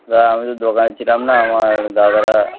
দাদা আমি তো দোকানে ছিলাম না আমার দাদারা